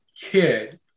kid